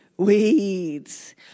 weeds